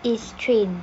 is train